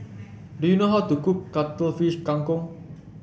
do you know how to cook Cuttlefish Kang Kong